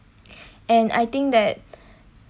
and I think that